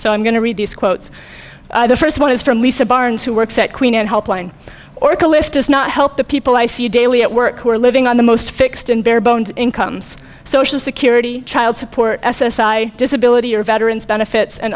so i'm going to read these quotes the first one is from lisa barnes who works at queen and help line or cliff does not help the people i see daily at work who are living on the most fixed and bare bones incomes social security child support s s i disability or veterans benefits and